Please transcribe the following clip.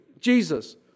Jesus